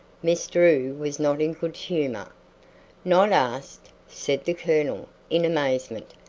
miss drew was not in good humor. not asked? said the colonel in amazement.